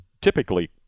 typically